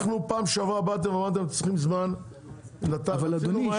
אנחנו פעם שעברה באתם ואמרתם אתם צריכים זמן -- אבל אדוני,